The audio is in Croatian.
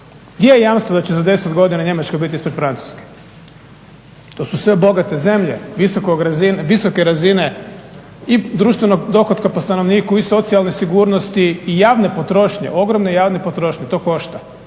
gdje je jamstvo da će za 10 godina Njemačka biti ispred Francuske. To su sve bogate zemlje, visoke razine i društvenog dohotka po stanovniku i socijalne sigurnosti i javne potrošnje, ogromne javne potrošnje, to košta.